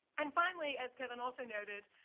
and finally, as kevin also noted,